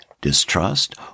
distrust